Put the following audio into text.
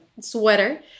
sweater